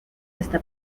está